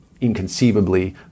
inconceivably